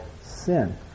sin